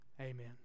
Amen